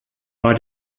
war